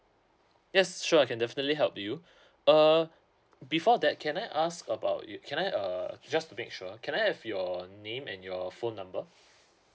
yes sure I can definitely help you err before that can I ask about you can I err just to make sure can I have your name and your phone number